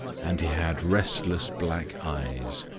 and he had restless black eyes.